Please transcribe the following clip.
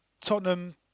Tottenham